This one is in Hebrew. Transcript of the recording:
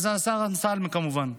זה השר אמסלם, כמובן.